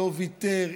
לא ויתר,